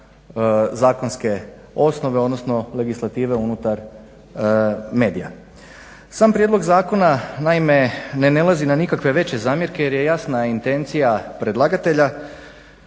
zakonske osnove, odnosno legislative unutar medija. Sam prijedlog zakona naime ne nailazi na nikakve veće zamjerke jer je jasna intencija predlagatelja,